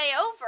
over